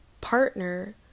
partner